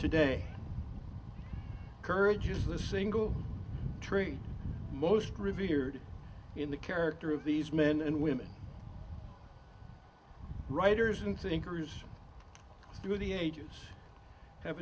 today courage is the single tree most revered in the character of these men and women writers and thinkers through the ages have